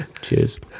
Cheers